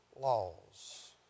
laws